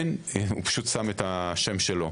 פשוט שם את השם שלו.